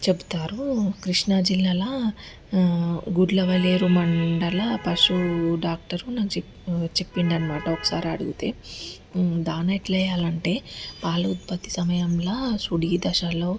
చెపుతారు కృష్ణాజిల్లాలో గుడ్లవల్లేరు మండల పశువు డాక్టర్ చెప్పిండు అన్నమాట ఒక్కసారి అడిగితే దాన్ని ఎట్లా వేయ్యాలి అంటే పాల ఉత్పత్తి సమయంలో సుడి దశలో